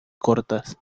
cortas